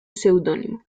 pseudónimo